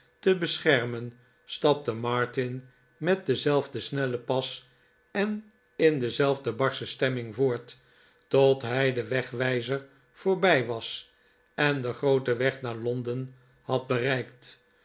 te beschermen stapte martin met denzelfden snellen pas en in dezejfde barsche stemming voort tot hij den wegwijzer voorbij was en den grooten weg naar londen had bereikt